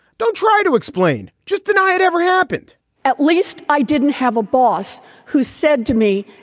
don't try to explain. just deny it ever happened at least i didn't have a boss who said to me,